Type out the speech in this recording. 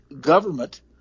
government